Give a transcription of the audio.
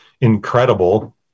incredible